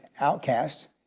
outcast